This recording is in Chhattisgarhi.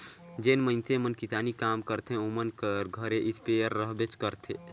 जेन मइनसे मन किसानी काम करथे ओमन कर घरे इस्पेयर रहबेच करथे